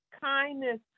kindness